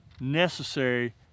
necessary